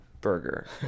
burger